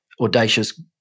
audacious